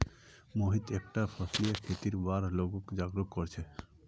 मोहित एकता फसलीय खेतीर बार लोगक जागरूक कर छेक